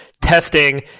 testing